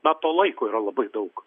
na to laiko yra labai daug